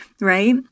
right